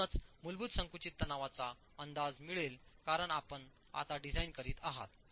म्हणूनच मूलभूत संकुचित तणावाचा अंदाज मिळेल कारण आपण आता डिझाइन करीत आहात